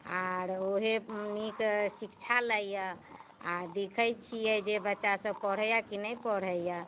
आओर उएह नीक शिक्षा लैए आ देखैत छियै जे बच्चासभ पढ़ैए कि नहि पढ़ैए